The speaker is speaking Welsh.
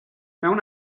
mewn